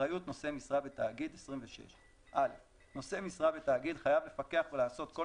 "26.אחריות נושא משרה בתאגיד נושא משרה בתאגיד חייב לפקח ולעשות כל